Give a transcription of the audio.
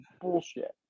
bullshit